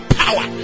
power